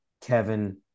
Kevin